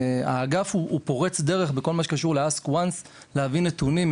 האגף הוא פורץ דרך בכל מה שקשור ל- Ask Once להביא נתונים.